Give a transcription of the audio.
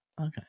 Okay